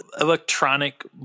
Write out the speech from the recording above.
electronic